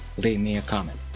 leave me a comment